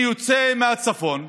אני יוצא מהצפון,